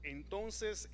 Entonces